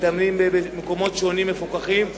מתאמנים במקומות מפוקחים שונים.